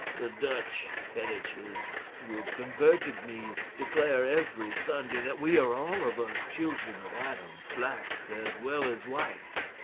the dutch fetiches, who have converted me, declare every sunday that we are all of us children of adam blacks as well as whites.